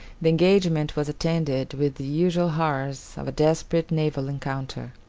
the engagement was attended with the usual horrors of a desperate naval encounter.